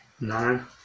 Nine